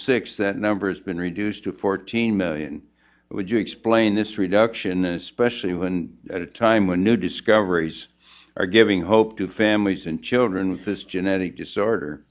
six that number has been reduced to fourteen million would you explain this reduction especially when at a time when new discoveries are giving hope to families and children with this genetic disorder